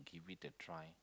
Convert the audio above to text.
give it a try